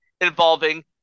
involving